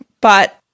But-